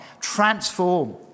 transform